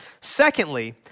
Secondly